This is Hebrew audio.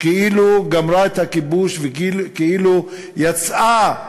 כאילו גמרה את הכיבוש וכאילו יצאה,